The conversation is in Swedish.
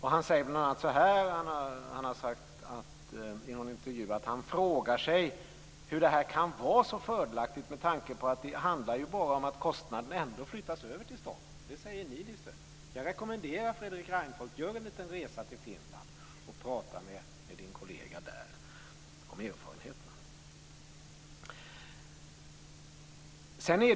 Han har bl.a. sagt i någon intervju att han frågar sig hur det här kan vara så fördelaktigt, med tanke på att det ju bara handlar om att kostnaden ändå flyttas över till staten. Det säger Niinistö. Jag rekommenderar Fredrik Reinfeldt att göra en liten resa till Finland och prata med sin kollega där om erfarenheterna.